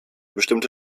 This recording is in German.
bestimmte